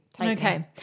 Okay